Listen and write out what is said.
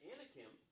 Anakim